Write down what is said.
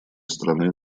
страны